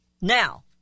Now